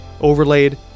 overlaid